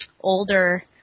Older